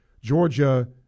Georgia